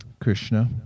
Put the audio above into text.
Krishna